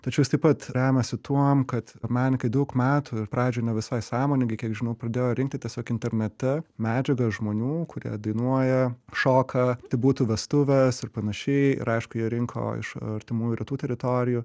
tačiau jis taip pat remiasi tuom kad menininkai daug metų ir pradžioj nevisai sąmoningai kiek žinau pradėjo rinkti tiesiog internete medžiagą žmonių kurie dainuoja šoka tai būtų vestuvės ir panašiai ir aišku jie rinko iš artimųjų rytų teritorijų